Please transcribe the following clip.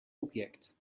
object